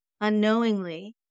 unknowingly